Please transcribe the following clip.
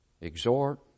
Exhort